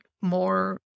more